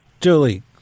Julie